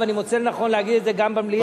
ואני מוצא לנכון להגיד את זה גם במליאה,